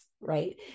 right